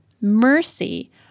mercy